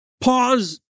Pause